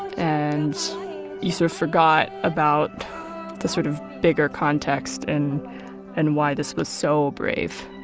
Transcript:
and you sort of forgot about the sort of bigger context and and why this was so brave.